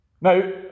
Now